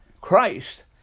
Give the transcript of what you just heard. Christ